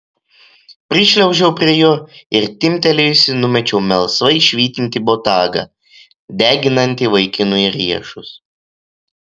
prišliaužiau prie jo ir timptelėjusi numečiau melsvai švytintį botagą deginantį vaikinui riešus